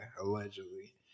allegedly